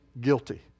guilty